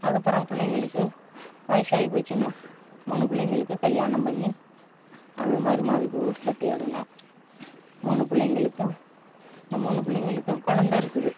அது அப்புறம் பிள்ளைங்களுக்கு வயசாகி போச்சின்னு மூணு பிள்ளைங்களுக்கு கல்யாணம் பண்ணி அது மருமகளுக்கு வீட்ல தேடினேன் மூணு பிள்ளைங்களுக்கும் இந்த மூணு பிள்ளைங்களுக்கும் குலந்த இருக்குது